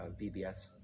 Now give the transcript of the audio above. VBS